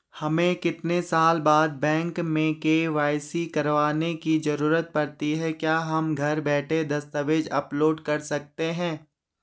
हमें कितने साल बाद बैंक में के.वाई.सी करवाने की जरूरत पड़ती है क्या हम घर बैठे दस्तावेज़ अपलोड कर सकते हैं?